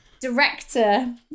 director